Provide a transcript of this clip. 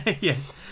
Yes